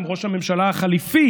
עם ראש הממשלה החליפי